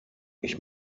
ich